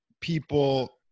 people